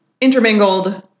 intermingled